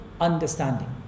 understanding